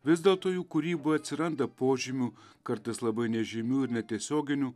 vis dėlto jų kūryboj atsiranda požymių kartais labai nežymių ir netiesioginių